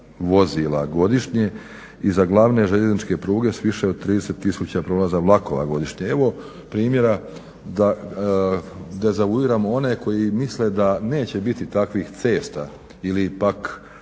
vozila godišnje i za glavne željezničke pruge sa više od 30 tisuća prolaza vlakova godišnje. Evo primjera da dezavuiram one koji misle da neće biti takvih cesta ili pak